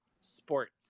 sports